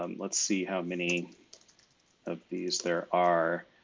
um let's see how many of these there are.